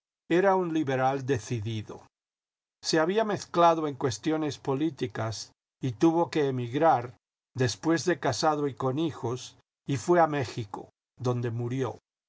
era un liberal decidido se había niezclado en cuestiones políticas y tuvo que emigrar después de casado y con hijos y fué a méjico donde murió